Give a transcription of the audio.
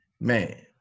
man